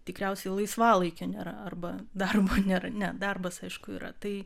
tikriausiai laisvalaikio nėra arba darbo nėra ne darbas aišku yra tai